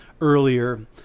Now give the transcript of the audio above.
earlier